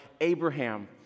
Abraham